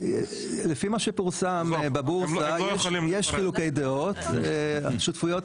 לפי מה שפורסם בבורסה, יש חילוקי דעות, שותפויות